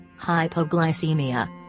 hypoglycemia